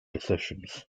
decisions